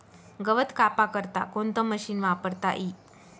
गवत कापा करता कोणतं मशीन वापरता ई?